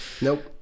Nope